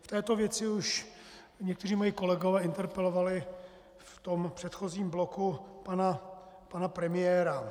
V této věci už někteří moji kolegové interpelovali v tom předchozím bloku pana premiéra.